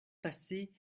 passé